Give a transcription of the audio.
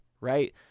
right